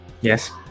Yes